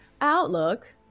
Outlook